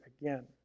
again